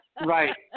Right